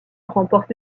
remporte